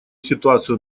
ситуацию